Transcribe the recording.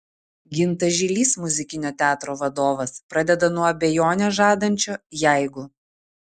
gintas žilys muzikinio teatro vadovas pradeda nuo abejonę žadančio jeigu